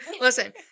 Listen